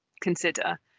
consider